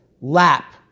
lap